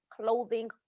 clothing